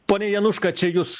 pone januška čia jus